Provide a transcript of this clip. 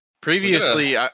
previously